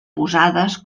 posades